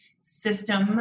system